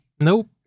nope